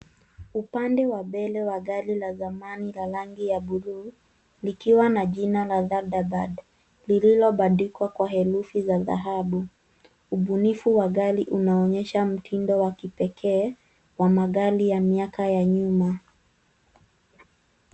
Upande wa mbele wa gari za dhamani la rangi ya bluu likiwa na jina ya [cs ] ladybird [cs ] lililo bandikwa kwa herufi za dhahabu. Ubunifu wa gari unaonyesha mtindo wa kipekee wa magari ya miaka ya nyuma.